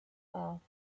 off